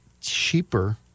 cheaper